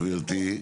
גבירתי,